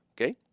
okay